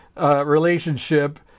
relationship